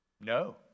No